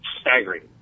staggering